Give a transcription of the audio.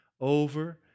over